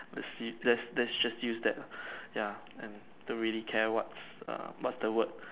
the see let's let's just use that ah ya and don't really care what's err what's the word